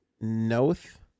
Noth